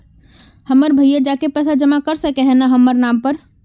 हमर भैया जाके पैसा जमा कर सके है न हमर नाम पर?